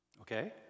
okay